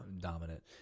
dominant